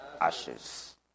ashes